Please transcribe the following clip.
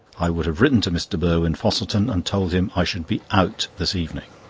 i would have written to mr. burwin-fosselton and told him i should be out this evening,